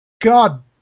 God